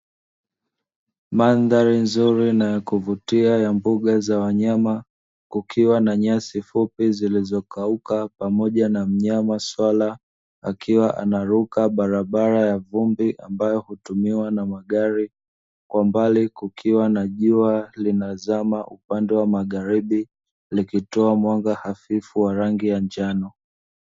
Mandhari nzuri na ya kuvutia ya mbuga za wanyama, kukiwa na nyasi fupi zilizokauka pamoja na mnyama swala akiwa anaruka barabara ya vumbi ambayo hutumiwa na magari, kwa mbali kukiwa na jua linazama upande wa magharibi likitoa mwanga hafifu wa rangi ya njano.